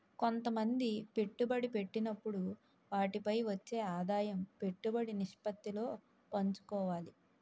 కొంతమంది పెట్టుబడి పెట్టినప్పుడు వాటిపై వచ్చే ఆదాయం పెట్టుబడి నిష్పత్తిలో పంచుకోవాలి